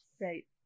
Right